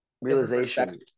realization